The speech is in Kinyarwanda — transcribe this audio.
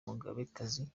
mugabekazi